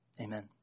Amen